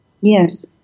Yes